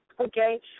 Okay